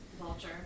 Vulture